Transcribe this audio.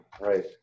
Right